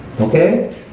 Okay